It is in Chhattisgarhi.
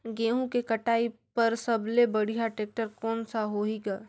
गहूं के कटाई पर सबले बढ़िया टेक्टर कोन सा होही ग?